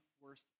worst